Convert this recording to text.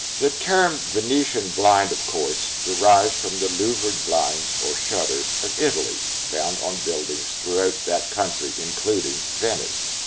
the term venetian blind of course derives from the louvered blinds or shutters of italy found on buildings throughout that country, including venice.